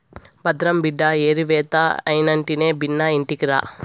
భద్రం బిడ్డా ఏరివేత అయినెంటనే బిన్నా ఇంటికిరా